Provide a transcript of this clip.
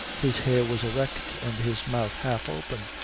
his hair was erect, and his mouth half open,